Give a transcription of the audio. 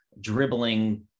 dribbling